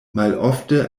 malofte